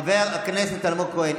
חבר הכנסת אלמוג כהן,